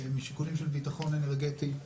משיקולים של ביטחון אנרגטי,